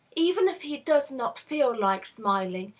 even if he does not feel like smiling,